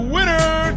Winner